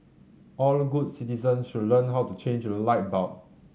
all good citizens should learn how to change a light bulb